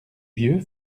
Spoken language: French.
vieux